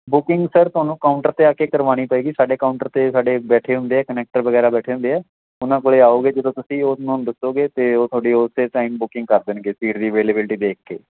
booking sir ਤੁਹਾਨੂੰ counter 'ਤੇ ਆ ਕੇ ਕਰਵਾਉਣੀ ਪਏਗੀ ਸਾਡੇ ਕਾਊਂਟਰ 'ਤੇ ਸਾਡੇ ਬੈਠੇ ਹੁੰਦੇ ਆ ਕਨੈਕਟਰ ਵਗੈਰਾ ਬੈਠੇ ਹੁੰਦੇ ਆ ਉਹਨਾਂ ਕੋਲ ਆਓਗੇ ਜਦੋਂ ਤੁਸੀਂ ਉਹਨੂੰ ਦੱਸੋਗੇ ਤੇ ਉਹ ਤੁਹਾਡੀ ਉਸ ਟਾਈਮ ਬੁਕਿੰਗ ਕਰ ਦੇਣਗੇ ਸੀਟ ਦੀ ਅਵੇਲੇਬਿਲਟੀ ਦੇਖ ਕੇ